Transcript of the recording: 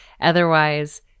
Otherwise